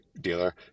dealer